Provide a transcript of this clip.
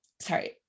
sorry